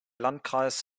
landkreis